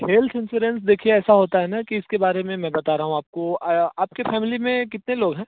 health insurance देखिए ऐसा होता है ना कि इसके बारे में मैं बता रहा हूँ आपको आपकी फैमिली में कितने लोग हैं